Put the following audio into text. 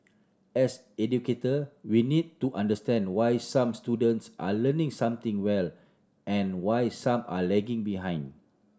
as educator we need to understand why some students are learning something well and why some are lagging behind